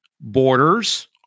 Borders